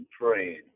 praying